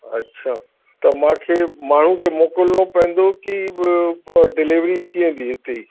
अछा त मूंखे माण्हू खे मोकिलणो पवंदो की बि डिलेविरी थी वेंदी इते ई